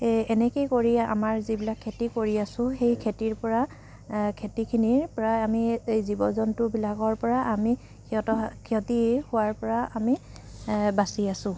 এই এনেকৈ কৰি আমাৰ যিবিলাক খেতি কৰি আছোঁ সেই খেতিৰ পৰা খেতিখিনিৰ পৰাই আমি জীৱ জন্তুবিলাকৰ পৰা আমি সিহঁতৰ সিহঁতি খোৱাৰ পৰা আমি বাচি আছোঁ